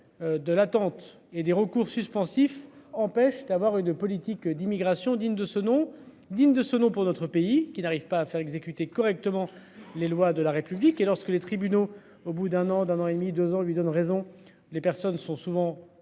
De l'attente et des recours suspensif empêche d'avoir une politique d'immigration digne de ce nom, digne de ce nom pour notre pays qui n'arrive pas à faire exécuter correctement les lois de la République et lorsque les tribunaux au bout d'un an d'un an et demi deux ans lui donne raison. Les personnes sont souvent